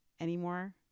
anymore